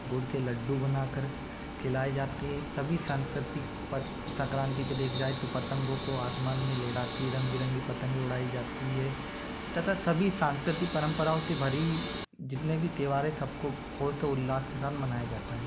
गुड़ के लड्डू बना कर खिलाए जाते हैं सभी सांस्कृतिक पद संक्रांति पर देखा जाए तो पतंगों को आसमान में लहराती रंग बिरंगी पतंगे उड़ाई जाती है तथा सभी सांस्कृतिक परम्पराओं से भरी हुई जितने भी त्यौहार हैं सब को हर्ष व उल्लास के साथ मनाया जाता है